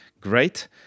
great